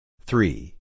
Three